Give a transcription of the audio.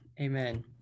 Amen